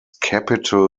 capital